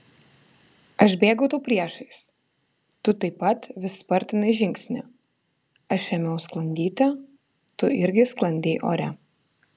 aš bėgau tau priešais tu taip pat vis spartinai žingsnį aš ėmiau sklandyti tu irgi sklandei ore